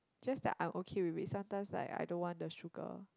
just that I'm okay with it sometimes like I don't want the sugar